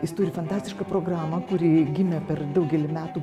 jis turi fantastišką programą kuri gimė per daugelį metų